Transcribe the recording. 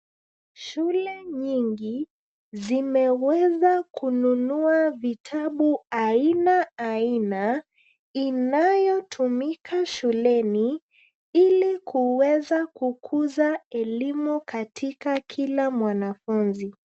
Shule nyingi, zimeweza kununua vitabu aina aina, inayotumika shuleni, ili kuweza kukuza elimu katika kila mwanafunzi.